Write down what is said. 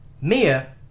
Mia